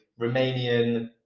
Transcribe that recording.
Romanian